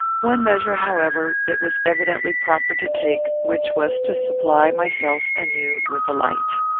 one measure, however, it was evidently proper to take, which was to supply myself, anew, with a light.